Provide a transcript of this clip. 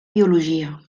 biologia